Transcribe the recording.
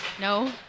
No